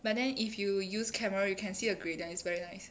but then if you use camera you can see a gradient is very nice